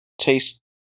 taste